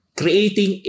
creating